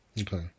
okay